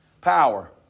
power